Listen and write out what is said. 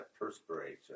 perspiration